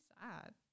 sad